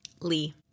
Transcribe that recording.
Lee